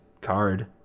card